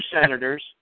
senators